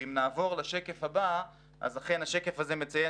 ואם נעבור לשקף הבא אז אכן השקף הזה מציין